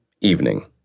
Evening